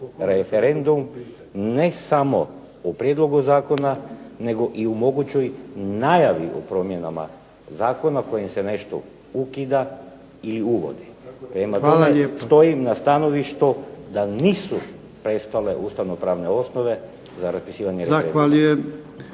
referendum ne samo u Prijedlogu zakona nego i u mogućoj najavi o promjenama Zakona u kojem se nešto ukida i uvodi. Prema tome, stojim na stanovištu da nisu ... ustavno-pravne osnove za raspisivanje